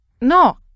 No